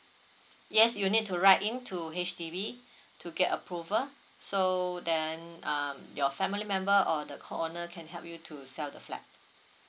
yes you need to write in to H_D_B to get approval so then um your family member or the co owner can help you to sell the flat